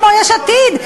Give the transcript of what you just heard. כמו יש עתיד,